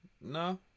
No